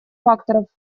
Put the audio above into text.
факторов